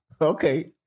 Okay